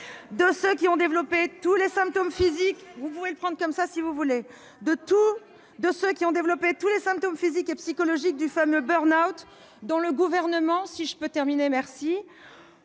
de ceux qui ont développé tous les symptômes physiques et psychologiques du fameux burn-out, dont le Gouvernement entendait